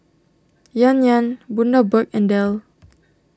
Yan Yan Bundaberg and Dell